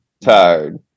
tired